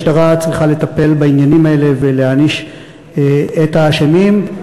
המשטרה צריכה לטפל בעניינים האלה ולהעניש את האשמים.